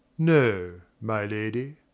no, my lady.